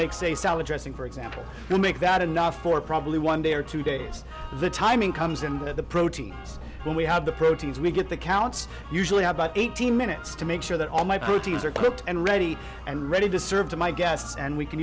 make say salad dressing for example you make that enough for probably one day or two days the timing comes in with the proteins when we have the proteins we get the counts usually about eighteen minutes to make sure that all my proteins are cooked and ready and ready to serve to my guests and we can